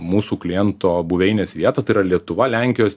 mūsų kliento buveinės vietą tai yra lietuva lenkijos